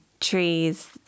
Trees